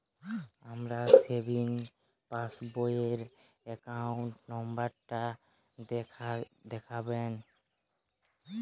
আমার savings passbook র account number টা দেখাবেন?